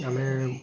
ଆମେ